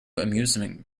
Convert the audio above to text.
amusement